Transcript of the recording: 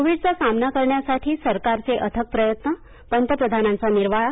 कोविडचा सामना करण्यासाठी सरकारचे अथक प्रयत्न पंतप्रधानांचा निर्वाळा